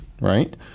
Right